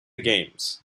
games